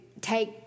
take